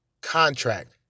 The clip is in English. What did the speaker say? contract